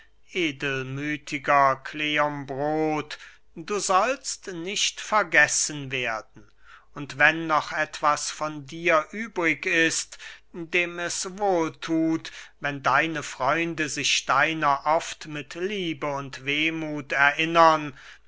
edelmüthiger kleombrot du sollst nicht vergessen werden und wenn noch etwas von dir übrig ist dem es wohl thut wenn deine freunde sich deiner oft mit liebe und wehmuth erinnern